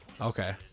Okay